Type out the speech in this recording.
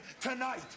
tonight